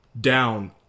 down